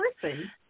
person